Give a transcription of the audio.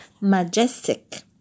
majestic